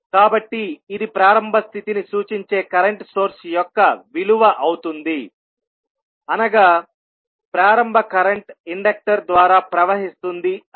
కాబట్టి ఇది ప్రారంభ స్థితిని సూచించే కరెంట్ సోర్స్ యొక్క విలువ అవుతుంది అనగా ప్రారంభ కరెంట్ ఇండక్టర్ ద్వారా ప్రవహిస్తుంది అని